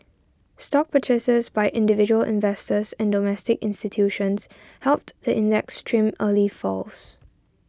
stock purchases by individual investors and domestic institutions helped the index trim early falls